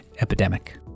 epidemic